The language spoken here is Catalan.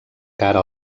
cara